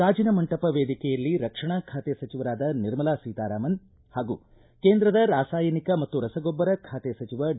ಗಾಜಿನ ಮಂಟಪ ವೇದಿಕೆಯಲ್ಲಿ ರಕ್ಷಣಾ ಖಾತೆ ಸಚಿವರಾದ ನಿರ್ಮಲಾ ಸೀತಾರಾಮನ್ ಹಾಗೂ ಕೇಂದ್ರದ ರಾಸಾಯನಿಕ ಮತ್ತು ರಸಗೊಬ್ಬರ ಬಾತೆ ಸಚಿವ ಡಿ